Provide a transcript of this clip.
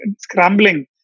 scrambling